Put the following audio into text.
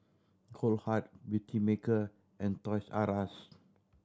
Goldheart Beautymaker and Toys R Us